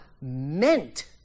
meant